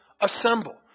assemble